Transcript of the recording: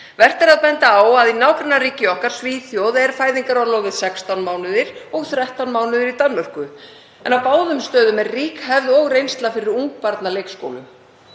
Vert er að benda á að í nágrannaríki okkar, Svíþjóð, er fæðingarorlofið 16 mánuðir og 13 mánuðir í Danmörku en á báðum stöðum er rík hefð og reynsla fyrir ungbarnaleikskólum.